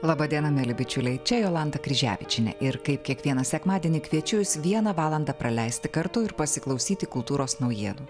laba diena mieli bičiuliai čia jolanta kryževičienė ir kaip kiekvieną sekmadienį kviečiu jus vieną valandą praleisti kartu ir pasiklausyti kultūros naujienų